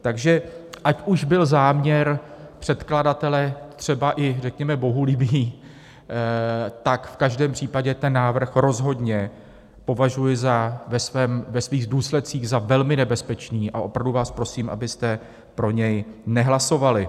Takže ať už byl záměr překladatele třeba i řekněme bohulibý, tak v každém případě ten návrh rozhodně považuji za ve svých důsledcích za velmi nebezpečný a opravdu vás prosím, abyste pro něj nehlasovali.